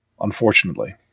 unfortunately